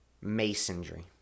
masonry